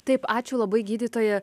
taip ačiū labai gydytoja